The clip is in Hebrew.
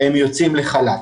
הם יוצאים לחל"ת.